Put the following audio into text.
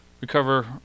recover